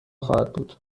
خواهد